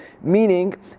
Meaning